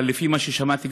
אבל לפי מה ששמעתי,